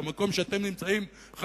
במקום שאתם נמצאים בו,